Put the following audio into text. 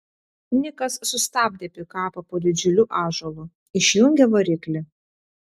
nikas sustabdė pikapą po didžiuliu ąžuolu išjungė variklį